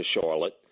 Charlotte